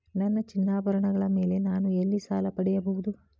ನನ್ನ ಚಿನ್ನಾಭರಣಗಳ ಮೇಲೆ ನಾನು ಎಲ್ಲಿ ಸಾಲ ಪಡೆಯಬಹುದು?